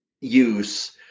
use